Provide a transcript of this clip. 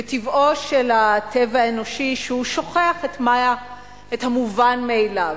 וטבעו של הטבע האנושי שהוא שוכח את המובן מאליו.